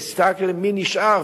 כי הסתכלתי מי נשאר.